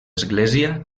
església